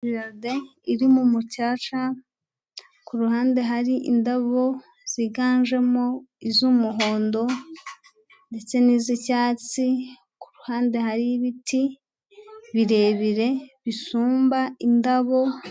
Jardin irimo umucaca ku ruhande hari indabo ziganjemo iz'umuhondo ndetse n'iz'icyatsi ku ruhande hari ibiti birebire bisumba indabo.